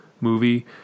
movie